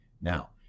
now